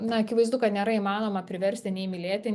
na akivaizdu kad nėra įmanoma priversti nei mylėti